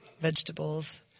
vegetables